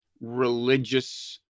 religious